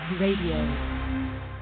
Radio